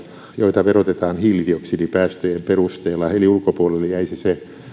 joita verotetaan hiilidioksidipäästöjen perusteella eli ulkopuolelle jäisi se